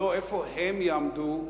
לא איפה הם יעמדו,